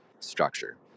Structure